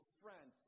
friend